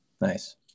Nice